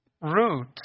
root